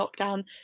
lockdown